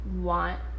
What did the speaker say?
want